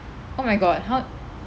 oh my god how